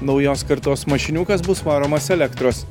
naujos kartos mašiniukas bus varomas elektros